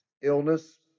illness